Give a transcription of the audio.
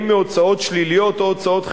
אם מהוצאות שליליות או מהוצאות חיוביות,